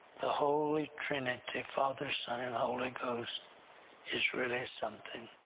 the holy trinity father, son and holy ghost is really something.